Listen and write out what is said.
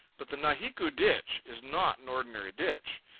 but the nahiku ditch is not an ordinary ditch.